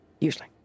Usually